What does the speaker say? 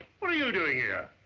what are you doing here?